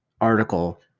article